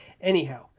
Anyhow